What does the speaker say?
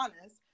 honest